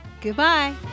Goodbye